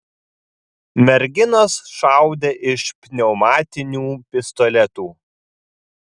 merginos šaudė iš pneumatinių pistoletų